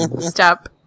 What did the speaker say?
Stop